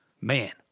Man